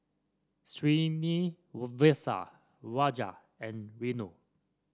Rajat and Renu